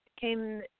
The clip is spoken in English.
came